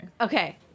Okay